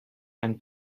and